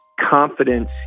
confidence